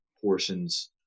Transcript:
portions